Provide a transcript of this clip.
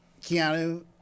Keanu